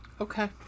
Okay